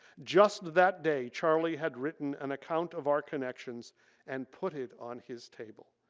just that day charlie had written an account of our connections and put it on his table.